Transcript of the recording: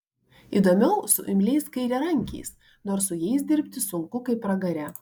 įdomiau su imliais kairiarankiais nors su jais dirbti sunku kaip pragare